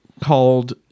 Called